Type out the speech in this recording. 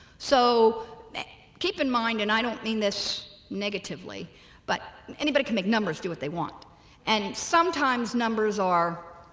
so keep in mind and i don't mean this negatively but anybody can make numbers do what they want and sometimes numbers are